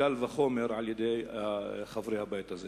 קל וחומר חברי הבית הזה.